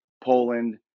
Poland